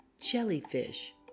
jellyfish